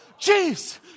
Jeez